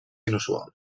inusual